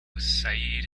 said